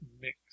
mix